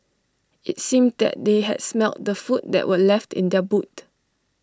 IT seemed that they had smelt the food that were left in the boot